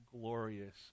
glorious